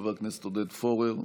חבר הכנסת עודד פורר,